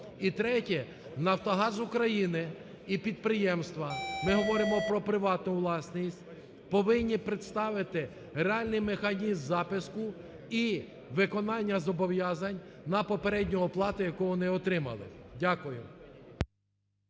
І третє. "Нафтогаз України" і підприємства, ми говоримо про приватну власність, повинні представити реальний механізм запуску і виконання зобов'язань на попередню оплату, яку вони отримали. Дякую.